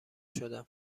شدم